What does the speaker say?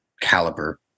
caliber